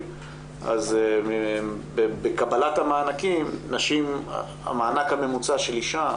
אז בקבלת המענקים המענק הממוצע של אישה,